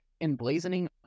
emblazoning